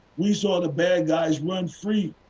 we saw the bad guys run free,